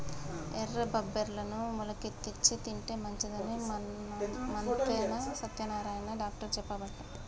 ఎర్ర బబ్బెర్లను మొలికెత్తిచ్చి తింటే మంచిదని మంతెన సత్యనారాయణ డాక్టర్ చెప్పబట్టే